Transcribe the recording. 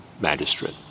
magistrate